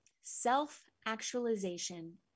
self-actualization